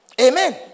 Amen